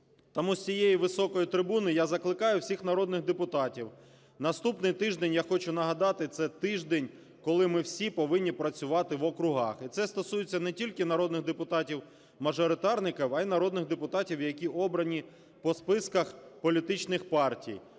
Тому з цієї високої трибуни я закликаю всіх народних депутатів. Наступний тиждень я хочу нагадати, це тиждень, коли ми всі повинні працювати в округах, і це стосується не тільки народних депутатів мажоритарників, а й народних депутатів, які обрані по списках політичних партій.